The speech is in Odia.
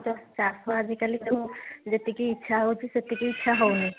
ଚାଷ ଆଜିକାଲି ତ ଯେତିକି ଇଚ୍ଛା ହେଉଛି ସେତିକି ଇଚ୍ଛା ହେଉନି